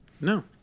No